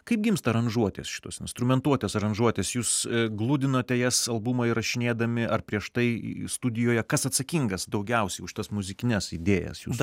kaip gimsta aranžuotės šitos instrumentuotės aranžuotės jūs gludinote jas albumą įrašinėdami ar prieš tai studijoje kas atsakingas daugiausiai už tas muzikines idėjas dažniausiai yra tokie trys žingsniai mažame